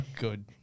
good